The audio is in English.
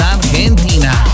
Argentina